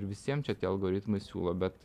ir visiem čia tie algoritmai siūlo bet